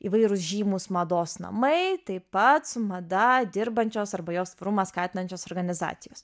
įvairūs žymūs mados namai taip pat su mada dirbančios arba jos tvarumą skatinančios organizacijos